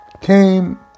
came